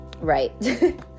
Right